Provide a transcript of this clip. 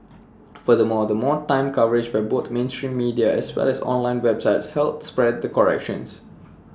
furthermore more time coverage by both mainstream media as well as online websites help spread the corrections